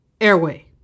Airway